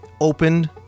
opened